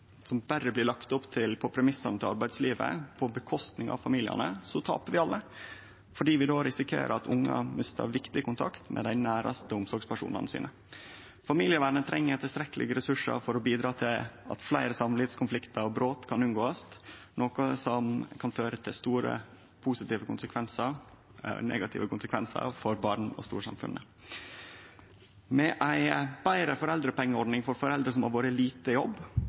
som berre blir lagt opp på premissa til arbeidslivet, på kostnad av familiane, tapar vi alle, fordi vi då risikerer at ungane mistar viktig kontakt med dei næraste omsorgspersonane sine. Familievernet treng tilstrekkelege ressursar for å bidra til at ein unngår fleire samlivskonfliktar og -brot, noko som kan føre til store positive konsekvensar for barn og storsamfunnet. Med ei betre foreldrepengeordning for foreldre som har vore lite i jobb,